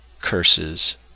curses